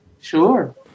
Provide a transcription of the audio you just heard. Sure